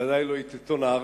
ודאי לא את עיתון "הארץ".